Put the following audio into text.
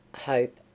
hope